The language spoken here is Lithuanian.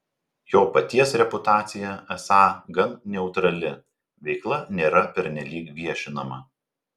jo paties reputacija esą gan neutrali veikla nėra pernelyg viešinama